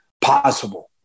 possible